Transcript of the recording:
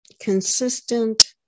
consistent